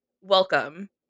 welcome